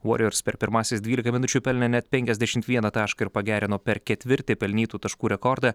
warriors per pirmąsias dvylika minučių pelnė net penkiasdešimt vieną tašką ir pagerino per ketvirtį pelnytų taškų rekordą